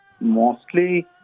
mostly